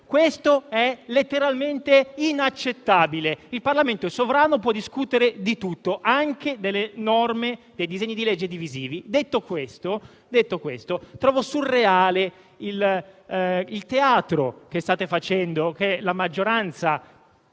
è letteralmente inaccettabile. Il Parlamento è sovrano e può discutere di tutto, anche delle norme e dei disegni di legge divisivi. Detto questo, trovo surreale il teatro che state facendo, che la maggioranza